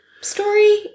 story